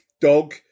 dog